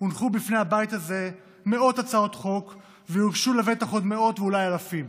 הונחו בפני הבית הזה מאות הצעות חוק ויוגשו לבטח עוד מאות ואולי אלפים.